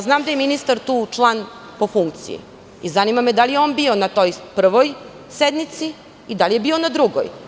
Znam da je ministar tu član po funkciji i zanima me da li je on bio na toj prvoj sednici i da li je bio na drugoj?